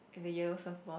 with a yellow surfboard